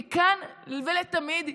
מכאן ולתמיד,